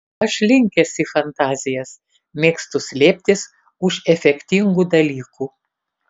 aš linkęs į fantazijas mėgstu slėptis už efektingų dalykų